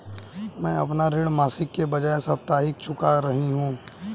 मैं अपना ऋण मासिक के बजाय साप्ताहिक चुका रही हूँ